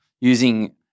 Using